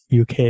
UK